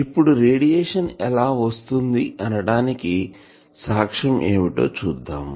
ఇప్పుడు రేడియేషన్ ఎలా వస్తుంది అనటానికి సాక్ష్యం ఏమిటో చూద్దాం